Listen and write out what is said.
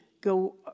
go